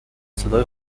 صدای